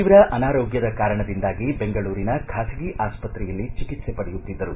ತೀವ್ರ ಅನಾರೋಗ್ಯದ ಕಾರಣದಿಂದಾಗಿ ಬೆಂಗಳೂರಿನ ಖಾಸಗಿ ಆಸ್ಪತ್ರೆಯಲ್ಲಿ ಚಿಕಿತ್ಸೆ ಪಡೆಯುತ್ತಿದ್ದರು